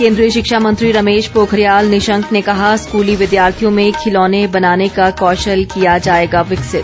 केंद्रीय शिक्षा मंत्री रमेश पोखरियाल निशंक ने कहा स्कूली विद्यार्थियों में खिलौने बनाने का कौशल किया जाएगा विकसित